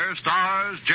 stars